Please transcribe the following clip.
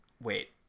wait